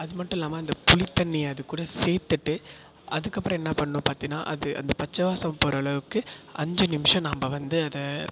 அது மட்டும் இல்லாமல் அந்த புளித் தண்ணியை அதுகூட சேர்த்துட்டு அதுக்கப்புறம் என்ன பண்ணு பார்த்தேனா அது அந்த பச்சை வாசம் போகற அளவுக்கு அஞ்சு நிமிஷம் நாம்ப வந்து அதை